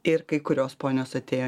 ir kai kurios ponios atėjo